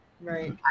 right